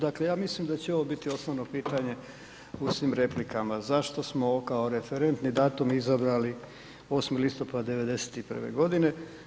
Dakle ja mislim da će ovo biti osnovno pitanje u svim replikama, zašto smo kao referentni datum izabrali 8. listopad '91. godine.